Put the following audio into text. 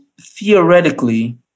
theoretically